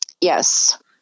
Yes